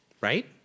Right